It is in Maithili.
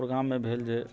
प्रोग्राममे भेल जे